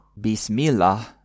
Bismillah